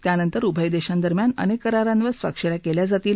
त्यानंतर उभय देशांदरम्यान अनेक करारांवर स्वाक्षऱ्या केल्या जातील